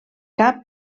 cap